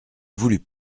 voulut